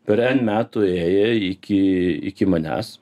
per en metų ėję iki iki manęs